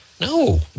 No